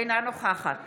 אינה נוכחת